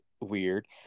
weird